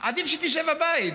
עדיף שתשב בבית.